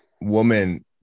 woman